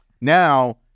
Now